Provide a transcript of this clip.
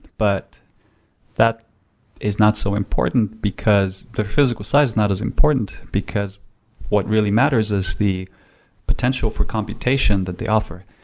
but that is not so important because the physical size is not as important because what really matters is the potential for computation that they offer.